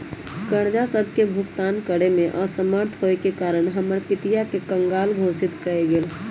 कर्जा सभके भुगतान करेमे असमर्थ होयेके कारण हमर पितिया के कँगाल घोषित कएल गेल